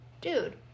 dude